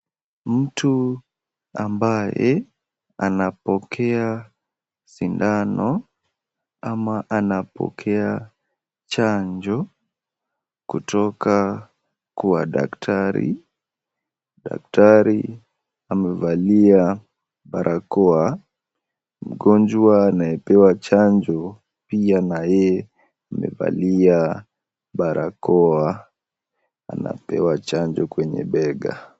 Mtu ambaye anapokea sindano, ama anapokea chanjo kutoka kwa daktari, daktari amevalia barakoa, mgonjwa anayepewa chanjo, pia na yeye amevalia barakoa, anapewa chanjo kwenye bega.